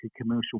commercial